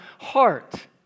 heart